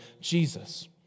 Jesus